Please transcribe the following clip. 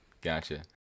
gotcha